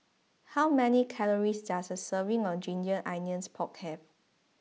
how many calories does a serving of Ginger Onions Pork have